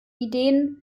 ideen